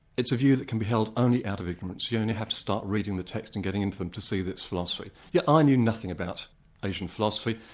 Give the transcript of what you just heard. it's a view that can be held only out of ignorance. you only have to start reading the text and getting into it to see that it's philosophy. yet i knew nothing about asian philosophy,